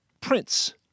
Prince